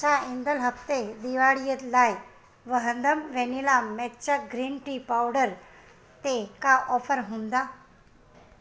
छा ईंदड़ु हफ़्ते ॾिआड़ीअ लाइ वहदम vanilla matcha green tea powder ते का ऑफर हूंदा